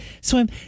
swim